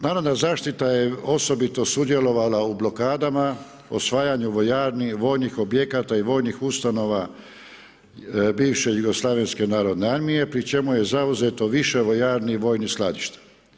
Narodna zaštita je osobito sudjelovala u blokadama, osvajanju vojarni i vojnih objekata i vojnih ustanova bivše jugoslvaenske narodne armije, pri čemu je zauzeto više vojarni i vojnih skladišta.